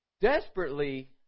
desperately